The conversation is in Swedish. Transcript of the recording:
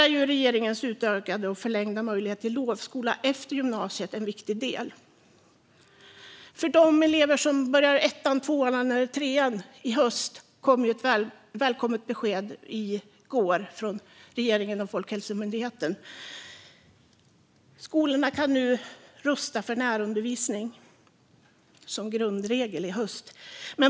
Här är regeringens utökade och förlängda möjlighet till lovskola efter gymnasiet en viktig del. För de elever som börjar ettan, tvåan eller trean till hösten kom ett välkommet besked i går från regeringen och Folkhälsomyndigheten. Skolorna kan nu rusta för närundervisning som grundregel i höst.